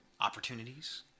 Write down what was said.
opportunities